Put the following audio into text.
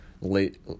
late